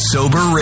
Sober